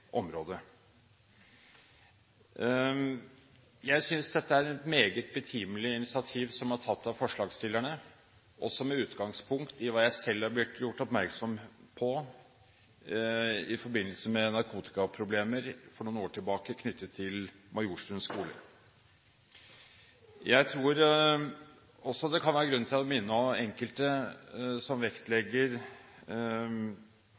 område. Jeg synes det er et meget betimelig initiativ som er tatt av forslagsstillerne, også med utgangspunkt i hva jeg selv er blitt gjort oppmerksom på i forbindelse med narkotikaproblemer for noen år siden knyttet til Majorstuen skole. Jeg tror også det kan være grunn til å minne enkelte som